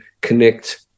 connect